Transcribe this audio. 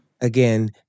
Again